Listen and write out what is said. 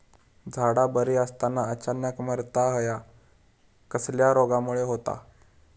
झाडा बरी असताना अचानक मरता हया कसल्या रोगामुळे होता?